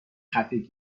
خفگی